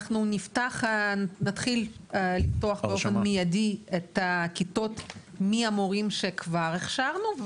אנחנו נתחיל לפתוח באופן מיידי את הכיתות מהמורים שכבר הכשרנו,